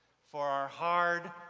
for our hard,